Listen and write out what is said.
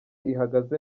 ihagaze